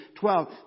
12